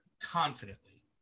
confidently